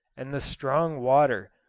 and the strong water,